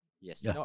Yes